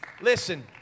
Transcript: Listen